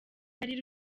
rukuru